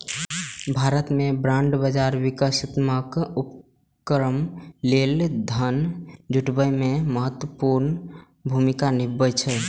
भारत मे बांड बाजार विकासात्मक उपक्रम लेल धन जुटाबै मे महत्वपूर्ण भूमिका निभाबै छै